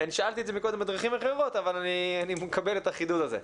אני שאלתי את זה מקודם בדרכים אחרות אבל אני מקבל את החידוד הזה.